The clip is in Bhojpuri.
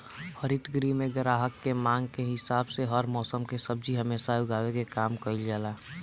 हरित गृह में ग्राहक के मांग के हिसाब से हर मौसम के सब्जी हमेशा उगावे के काम कईल जाला